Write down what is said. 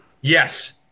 Yes